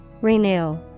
renew